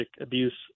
abuse